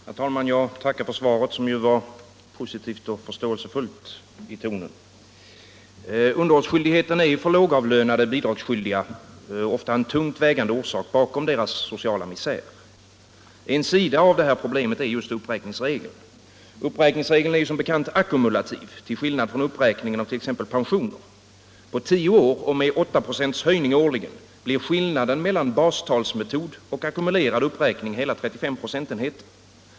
Herr talman! Jag tackar för svaret, som var positivt och förstående i tonen. Underhållsskyldigheten är för lågavlönade bidragsskyldiga ofta en tungt vägande orsak till deras sociala misär. En sida av det här problemet är just uppräkningsregeln. Den är som bekant ackumulativ till skillnad från uppräkningen av t.ex. pensioner. På 10 år och med 8 procents årlig höjning uppgår skillnaden mellan bastalsmetod och ackumulerad uppräkning till hela 35 procentenheter.